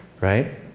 right